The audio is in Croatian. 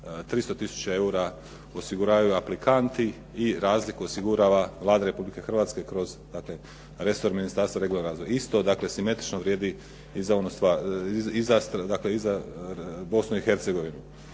300 tisuća eura osiguravaju aplikanti i razliku osigurava Vlada Republike Hrvatske kroz dakle, resor ministarstva regionalni razvoj. Isto dakle simetrično vrijedi i za Bosnu i Hercegovinu.